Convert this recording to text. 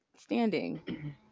standing